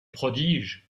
prodige